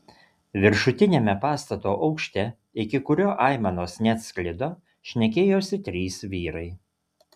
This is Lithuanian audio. viršutiniame pastato aukšte iki kurio aimanos neatsklido šnekėjosi trys vyrai